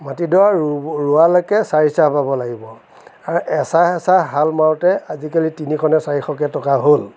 মাটিডৰা ৰোৱালৈকে চাৰিচাহ বাব লাগিব আৰু এচাহ এচাহ হাল মাৰোঁতে আজিকালি তিনিশনে চাৰিশকৈ টকা হ'ল